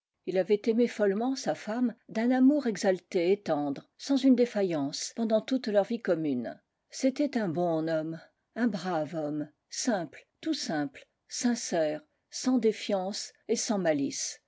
ii avait aimé follement sa femme d'un amour exalté et tendre sans une défaillance pendant toute leur vie commune c'était un bon homme un brave homme simple tout sirnpie sincère sans défiance et sans malice